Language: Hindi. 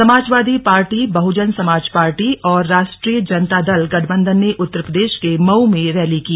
समाजवादी पार्टी बहुजन समाज पार्टी और राष्ट्रीय जनता दल गठबंधन ने उत्तर प्रदेश के मऊ में रैली की